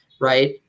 Right